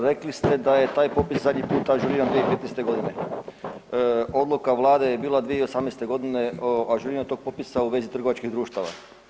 Rekli ste da taj popis zadnji put ažuriran 2015. godine, odluka Vlade je bila 2018. godine o ažuriranju tog popisa u vezi trgovačkih društava.